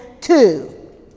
two